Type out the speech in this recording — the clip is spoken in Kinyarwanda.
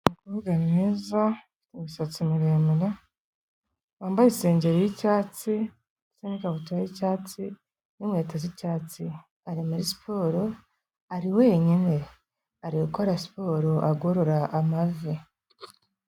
Umukobwa mwiza w'imisatsi miremire wambaye isengeri y'icyatsi ndetse n'ikabutura y'icyatsi n'inkweto z'icyatsi, ari muri siporo, ari wenyine, ari gukora siporo agorora amavi.